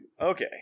Okay